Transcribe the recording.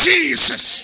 Jesus